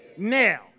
Now